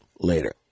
Later